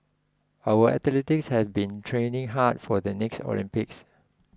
our athletes have been training hard for the next Olympics